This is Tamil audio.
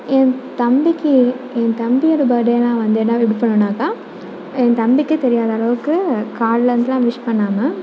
என் தம்பிக்கு என் தம்பியோட பர்த் டேனால் வந்து என்ன எப்படி பண்ணுவேனாக்கால் என் தம்பிக்கே தெரியாத அளவுக்கு காலையில் இருந்தெலாம் விஷ் பண்ணாமல்